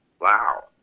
Wow